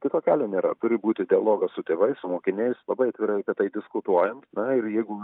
kito kelio nėra turi būti dialogas su tėvais su mokiniais labai atvirai apie tai diskutuojant na ir jeigu